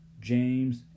James